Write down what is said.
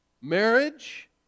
Marriage